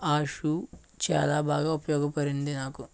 ఆ షు చాలా బాగా ఉపయోగపడింది నాకు